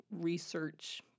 research